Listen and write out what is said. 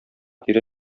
тирә